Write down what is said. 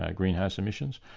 ah greenhouse emissions.